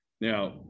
Now